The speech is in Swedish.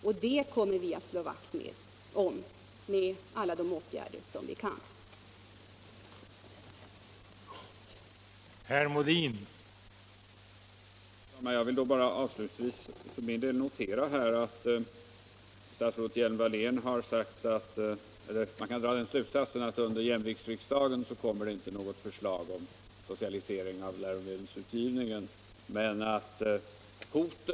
Den möjligheten kommer vi att slå vakt om med alla de åtgärder som vi kan vidta.